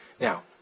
Now